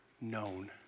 known